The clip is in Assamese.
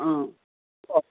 অ হ'ব